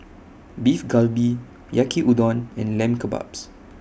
Beef Galbi Yaki Udon and Lamb Kebabs